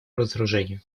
разоружению